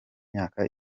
imyaka